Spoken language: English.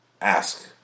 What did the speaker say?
ask